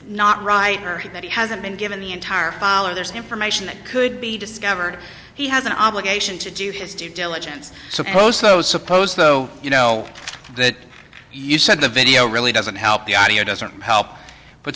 not right or that he hasn't been given the entire file or there's information that could be discovered he has an obligation to do it's due diligence suppose those suppose though you know that you said the video really doesn't help the audio doesn't help but